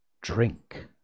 Drink